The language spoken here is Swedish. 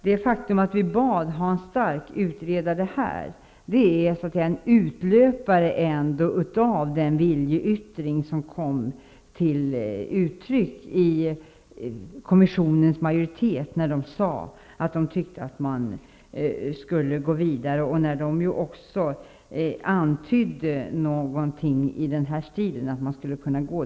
Det faktum att vi bad Hans Stark utreda saken är ändå en utlöpare av den viljeyttring som kom till uttryck från kommissionens majoritet. De sade att de tyckte att man skulle gå vidare och antydde någonting i den här stilen.